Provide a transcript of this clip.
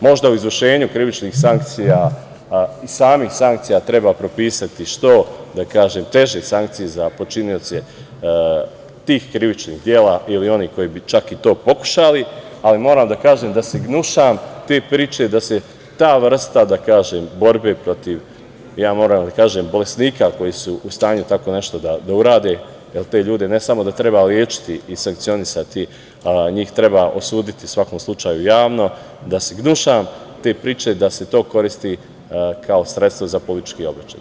Možda u izvršenju krivičnih sankcija, samih sankcija, treba propisati što teže sankcije za počinioce tih krivičnih dela ili onih koji bi čak i to pokušali, ali moram da kažem da se gnušam te priče da se ta vrsta borbe protiv, moram da kažem, bolesnika koji su u stanju tako nešto da urade, jer te ljude, ne samo da treba lečiti i sankcionisati, njih treba osuditi u svakom slučaju javno, da se gnušam te priče da se to koristi kao sredstvo za politički obračun.